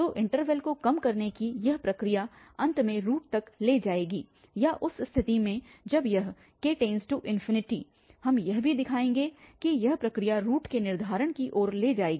तो इन्टरवल को कम करने की यह प्रक्रिया अंत में रूट तक ले जाएगी या उस स्थिति में जब यह k→∞ हम यह भी दिखाएंगे कि यह प्रक्रिया रूट के निर्धारण की ओर ले जाएगी